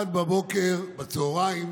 אחד בצוהריים,